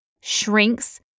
shrinks